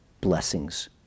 blessings